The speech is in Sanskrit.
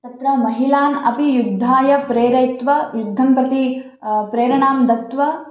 तत्र महिलाः अपि युद्धाय प्रेरयित्वा युद्धं प्रति प्रेरणां दत्वा